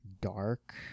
dark